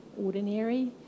ordinary